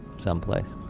someplace